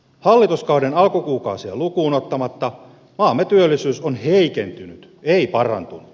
hallituskauden alkukuukausia lukuun ottamatta maamme työllisyys on heikentynyt ei parantunut